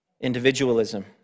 Individualism